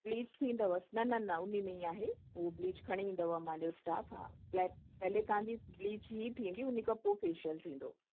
bleach थींदव न न न उन्हीअ में ई आहे हू ब्लीच खणी ईंदव मुंहिंजो स्टाफ़ हा फ़्लैप पहिले तव्हां जी ब्लीच ई थींदी उन्हीअ खां पऐ फ़ेशियल थींदो